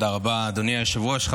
תודה רבה, אדוני היושב-ראש.